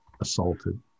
assaulted